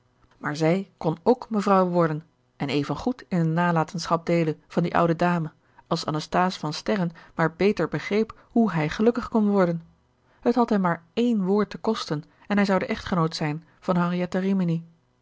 maar zij kon k mevrouw worden en even goed in de nalatenschap deelen van die oude dame als anasthase van sterren maar beter begreep hoe hij gelukkig kon worden het had hem maar één woord te kosten en hij zou de echtgenoot zijn van henriette rimini